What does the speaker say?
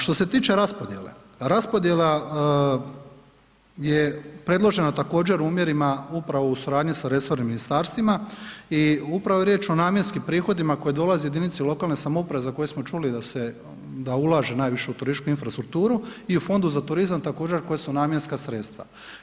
Što se tiče raspodijele, raspodjela je predložena također, u omjerima upravo u suradnji sa resornim ministarstvima i upravo je riječ o namjenskim prihodima koje dolaze jedinici lokalne samouprave za koje smo čuli da se, da ulaže najviše u turističku infrastrukturu i u fondu za turizam također, koja su namjenska sredstva.